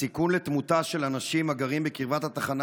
הסיכון לתמותה של אנשים הגרים בקרבת התחנה